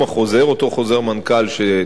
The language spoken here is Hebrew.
אותו חוזר מנכ"ל שתיארתי,